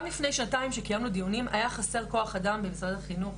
גם לפני שנתיים כאשר קיימנו דיונים היה חסר כוח אדם למשרד החינוך,